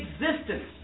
existence